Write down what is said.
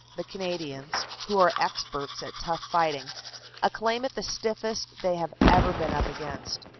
the canadians, who are experts at tough fighting acclaim it the stiffest they have ever been up against.